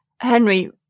Henry